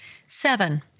Seven